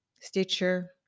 Stitcher